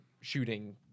shooting